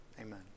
Amen